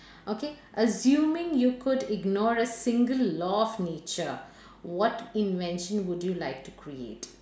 okay assuming you could ignore a single law of nature what invention would you like to create